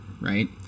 right